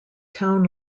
town